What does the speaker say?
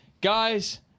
Guys